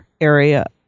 area